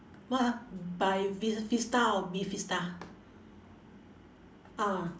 what ah bifes~ festa~ or bifesta ah